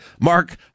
Mark